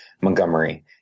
Montgomery